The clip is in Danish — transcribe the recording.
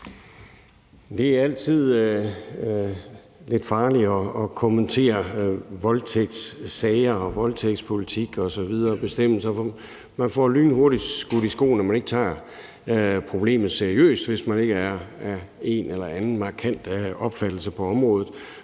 Det er altid lidt farligt at kommentere voldtægtssager og voldtægtspolitik, bestemmelser osv., for man får lynhurtigt skudt i skoene, at man ikke tager problemet seriøst, hvis man ikke har en eller anden markant opfattelse på området,